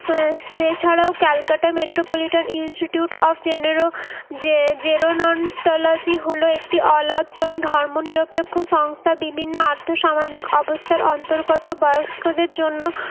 এছাড়াও Calcutta Metropolitan Institute of জেনেরো জে জেরোন্টোলজি হল একটি অলাভজনক ধর্মনিরপেক্ষ সংস্থা বিভিন্ন আর্থসামাজিক অবস্থার অন্তর্গত বয়স্কদের জন্য